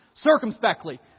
Circumspectly